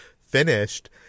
finished